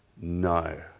No